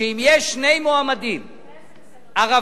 אם יש שני מועמדים, ערבי,